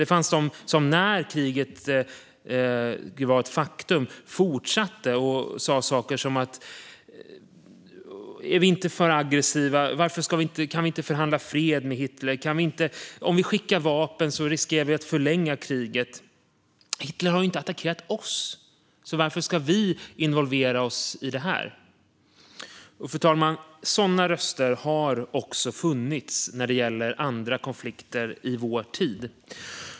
Det fanns de som när kriget var ett faktum fortsatte att säga: "Är vi inte för aggressiva? Kan vi inte förhandla fred med Hitler? Om vi skickar vapen riskerar vi att förlänga kriget. Hitler har ju inte attackerat oss, så varför ska vi involvera oss i detta?" Fru talman! Sådana röster har också hörts i konflikter i vår tid.